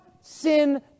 sin